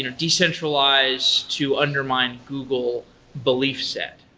and decentralized to undermine google belief set?